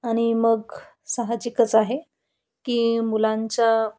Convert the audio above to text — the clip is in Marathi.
आणि मग सहजिकच आहे की मुलांच्या